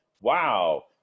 Wow